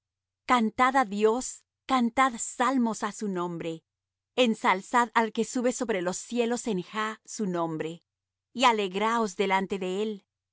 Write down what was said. á dios cantad salmos á su nombre ensalzad al que sube sobre los cielos en jah su nombre y alegraos delante de él